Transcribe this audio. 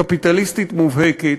קפיטליסטית מובהקת,